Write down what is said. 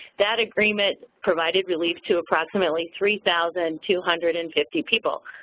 that agreement provided relief to approximately three thousand two hundred and fifty people.